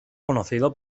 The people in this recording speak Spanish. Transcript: conocido